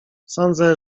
sądzę